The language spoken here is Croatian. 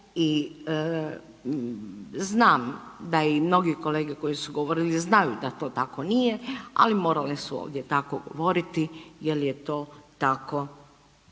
i znam da je i mnogi kolege koji su govorili znaju da to tako nije, ali morali su ovdje tako govoriti jer je to tako,